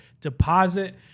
deposit